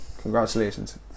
Congratulations